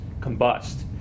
combust